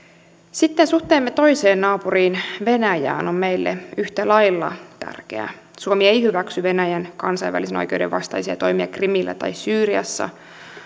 sitten suhteemme toiseen naapuriin venäjään on meille yhtä lailla tärkeä suomi ei hyväksy venäjän kansainvälisen oikeuden vastaisia toimia krimillä tai syyriassa